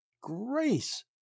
grace